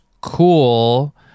cool